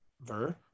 Ver